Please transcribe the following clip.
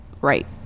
right